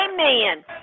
amen